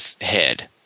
head